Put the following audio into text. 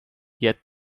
yet